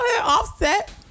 offset